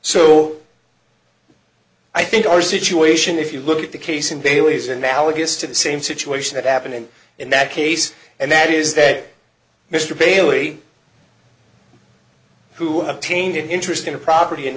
so i think our situation if you look at the case in belize analogous to the same situation that happened in that case and that is that mr bailey who obtained an interest in a property in